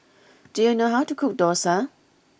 do you know how to cook Dosa